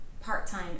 part-time